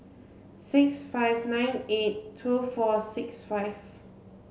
six five nine eight two four six five